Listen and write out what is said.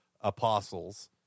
apostles